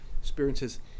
experiences